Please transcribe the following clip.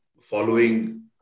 following